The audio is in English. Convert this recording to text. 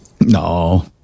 No